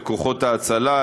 לכוחות ההצלה,